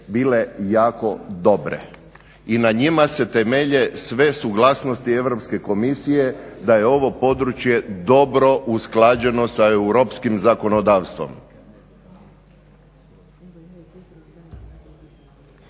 bile jako dobre i na njima se temelje sve suglasnosti Europske komisije da je ovo područje dobro usklađeno sa europskim zakonodavstvom.